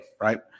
Right